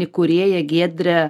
įkūrėją giedrę